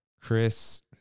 chris